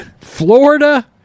Florida